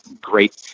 great